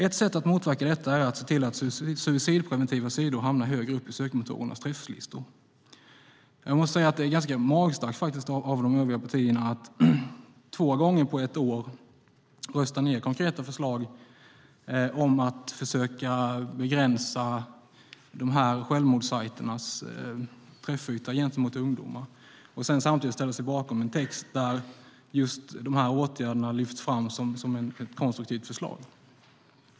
Ett sätt motverka detta är att se till att suicidpreventiva sidor hamnar högre upp i sökmotorernas träfflistor." Jag måste säga att det är ganska magstarkt av de övriga partierna att två gånger på ett år rösta ned konkreta förslag om att försöka begränsa självmordssajternas träffyta gentemot ungdomar och samtidigt ställa sig bakom en text där just de åtgärderna lyfts fram som ett konstruktivt förslag.